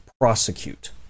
prosecute